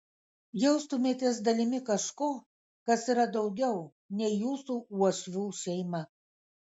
jaustumėtės dalimi kažko kas yra daugiau nei jūsų uošvių šeima